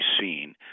seen